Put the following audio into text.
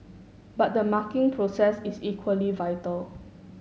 but the marking process is equally vital